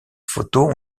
photos